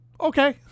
Okay